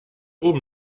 oben